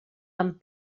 amb